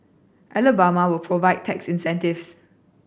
Alabama will provide tax incentives